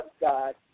God